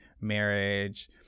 marriage